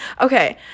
Okay